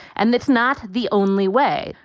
and that's not the only way.